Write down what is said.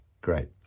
great